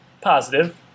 positive